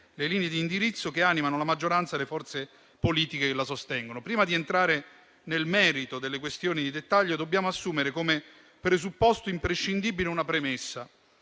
le linee di indirizzo che animano la maggioranza e le forze politiche che la sostengono. Prima di entrare nel merito delle questioni di dettaglio, dobbiamo assumere come presupposto imprescindibile una premessa,